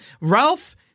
Ralph